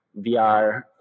VR